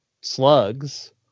slugs